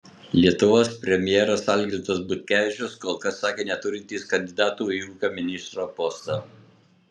lietuvos premjeras algirdas butkevičius kol kas sakė neturintis kandidatų į ūkio ministro postą